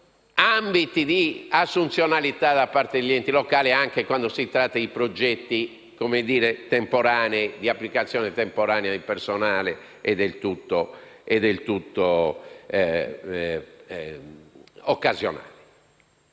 limiti alle assunzioni da parte degli enti locali, anche quando si tratta di progetti temporanei, con applicazione temporanea di personale e del tutto occasionale.